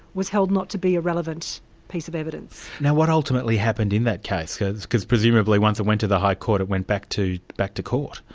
was held not to be a relevant piece of evidence. now what ultimately happened in that case? because because presumably once it went to the high court it went back to back to court?